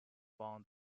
found